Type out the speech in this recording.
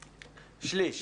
שליש.